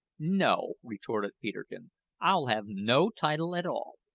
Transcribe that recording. no, retorted peterkin i'll have no title at all.